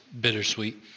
bittersweet